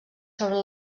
sobre